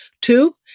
Two